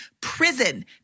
prison